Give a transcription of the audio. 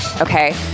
Okay